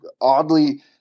oddly